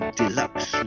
deluxe